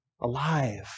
alive